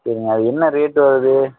சரிங்க அது என்ன ரேட் வருது